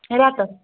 رٮ۪تَس